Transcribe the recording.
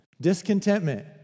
Discontentment